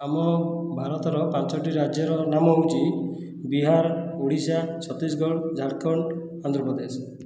ଆମ ଭାରତର ପାଞ୍ଚୋଟି ରାଜ୍ୟର ନାମ ହେଉଛି ବିହାର ଓଡ଼ିଶା ଛତିଶଗଡ଼ ଝାଡ଼ଖଣ୍ଡ ଆନ୍ଧ୍ରପ୍ରଦେଶ